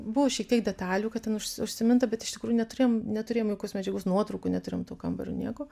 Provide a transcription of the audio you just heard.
buvo šiek tiek detalių kad ten užsi užsiminta bet iš tikrųjų neturėjom neturėjom jokios medžiagos nuotraukų neturėjom to kambario nieko